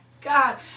God